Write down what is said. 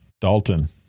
Dalton